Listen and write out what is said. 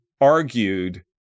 argued